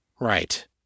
right